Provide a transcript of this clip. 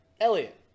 Elliot